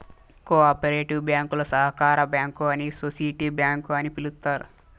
కో operative బ్యాంకులు సహకార bank అని సోసిటీ బ్యాంక్ అని పిలుత్తారు